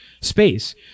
space